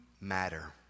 matter